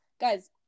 Guys